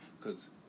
Cause